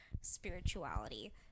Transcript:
spirituality